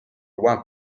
one